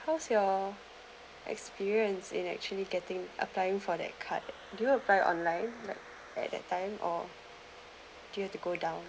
how's your experience in actually getting applying for the card do you apply online at that time or due to go down